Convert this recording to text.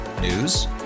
News